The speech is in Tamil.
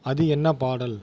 அது என்ன பாடல்